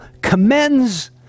commends